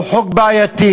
הוא חוק בעייתי,